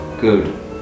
Good